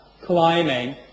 climbing